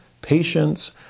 Patience